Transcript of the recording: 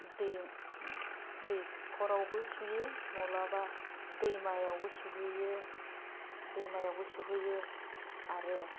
दैयाव दैखरावबो सुयो मलाबा दैमायावबो सुहैयो दैमायावबो सुहैयो आरो